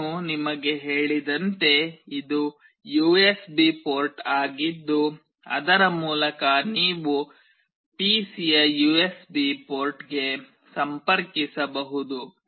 ನಾನು ನಿಮಗೆ ಹೇಳಿದಂತೆ ಇದು ಯುಎಸ್ಬಿ ಪೋರ್ಟ್ ಆಗಿದ್ದು ಅದರ ಮೂಲಕ ನೀವು ಪಿಸಿಯ ಯುಎಸ್ಬಿ ಪೋರ್ಟ್ಗೆ ಸಂಪರ್ಕಿಸಬಹುದು